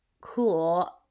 cool